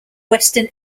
western